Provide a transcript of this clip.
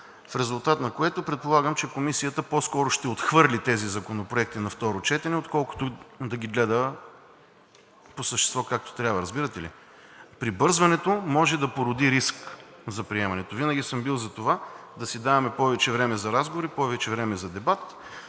в резултат на което предполагам, че Комисията по-скоро ще отхвърли тези законопроекти на второ четене, отколкото да ги гледа по същество, както трябва. Разбирате ли? Прибързването може да породи риск за приемането. Винаги съм бил за това да си даваме повече време за разговори, повече време за дебат.